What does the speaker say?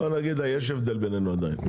בוא נגיד יש הבדל בינינו עדיין.